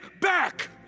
back